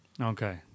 Okay